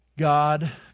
God